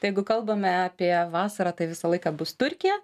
tai jeigu kalbame apie vasarą tai visą laiką bus turkija